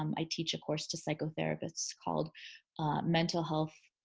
um i teach a course to psychotherapists called mental health